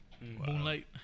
Moonlight